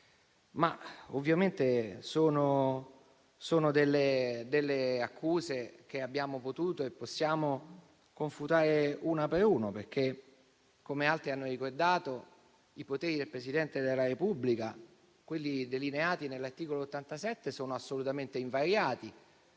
Ovviamente sono accuse che abbiamo potuto e possiamo confutare una per una, perché, come altri hanno ricordato, i poteri del Presidente della Repubblica delineati nell'articolo 87 sono assolutamente invariati,